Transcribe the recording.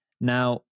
Now